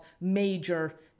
major